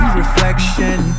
reflection